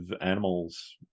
animals